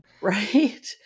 right